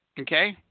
okay